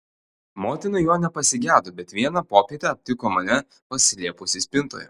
motina jo nepasigedo bet vieną popietę aptiko mane pasislėpusį spintoje